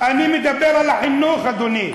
אני מדבר על החינוך, אדוני.